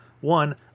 one